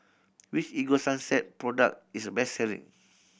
which Ego Sunsense product is the best selling